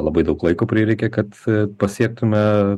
labai daug laiko prireikė kad pasiektume